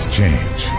change